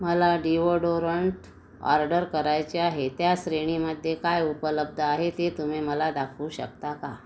मला deodorant order करायचे आहे त्या श्रेणीमध्ये काय उपलब्ध आहे ते तुम्ही मला दाखवू शकता का